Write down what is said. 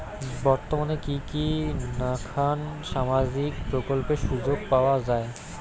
বর্তমানে কি কি নাখান সামাজিক প্রকল্পের সুযোগ পাওয়া যায়?